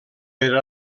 per